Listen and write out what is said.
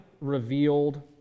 revealed